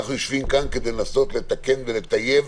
אנחנו יושבים כאן כדי לנסות לתקן ולטייב